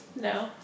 No